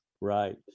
Right